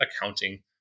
accounting